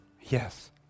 Yes